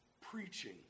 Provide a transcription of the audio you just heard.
preaching